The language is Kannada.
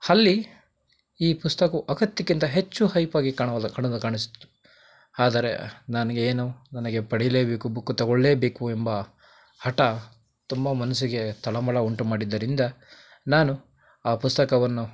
ಅಲ್ಲಿ ಈ ಪುಸ್ತಕ ಅಗತ್ಯಕ್ಕಿಂತ ಹೆಚ್ಚು ಹೈಪಾಗಿ ಕಾಣವಲ್ಲ ಕಣದ ಕಾಣಿಸ್ತು ಆದರೆ ನನಗೇನು ನನಗೆ ಪಡಿಲೇಬೇಕು ಬುಕ್ಕು ತೊಗೊಳ್ಳಲೇಬೇಕು ಎಂಬ ಹಠ ತುಂಬ ಮನಸ್ಸಿಗೆ ತಳಮಳ ಉಂಟು ಮಾಡಿದ್ದರಿಂದ ನಾನು ಆ ಪುಸ್ತಕವನ್ನು